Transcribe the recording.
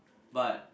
but